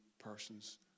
persons